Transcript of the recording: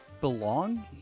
belong